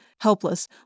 helpless